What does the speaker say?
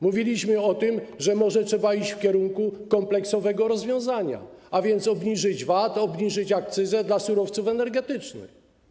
Mówiliśmy o tym, że może trzeba iść w kierunku kompleksowego rozwiązania, a więc obniżyć VAT, obniżyć akcyzę na surowce energetyczne.